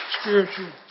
spiritual